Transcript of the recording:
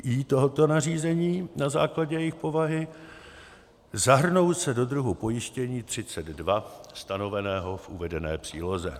I tohoto nařízení na základě jejich povahy, zahrnou se do druhu pojištění 32 stanoveného v uvedené příloze.